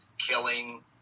killing